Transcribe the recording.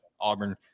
Auburn